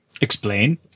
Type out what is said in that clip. Explain